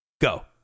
Go